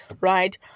right